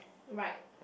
right